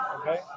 Okay